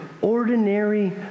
ordinary